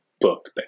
book